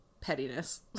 pettiness